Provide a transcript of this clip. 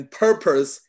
purpose